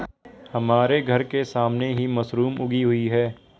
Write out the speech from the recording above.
हमारे घर के सामने ही मशरूम उगी हुई है